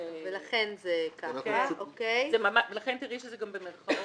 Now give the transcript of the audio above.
ולכן תראי שזה במירכאות.